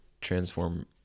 transform